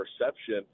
perception